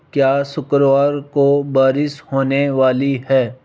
क्या शुक्रवार को बारिश होने वाली है